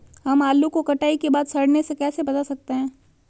हम आलू को कटाई के बाद सड़ने से कैसे बचा सकते हैं?